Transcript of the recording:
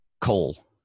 coal